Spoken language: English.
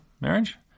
marriage